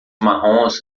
marrons